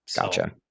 Gotcha